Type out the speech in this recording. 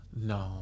No